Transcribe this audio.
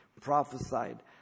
prophesied